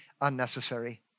unnecessary